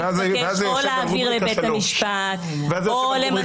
ואז מתבקש או להעביר לבית המשפט או למנות